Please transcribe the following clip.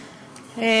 תודה,